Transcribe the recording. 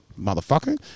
motherfucker